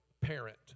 Parent